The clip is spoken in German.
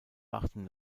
warten